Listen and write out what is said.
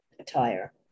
attire